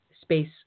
space